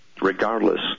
regardless